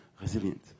resilient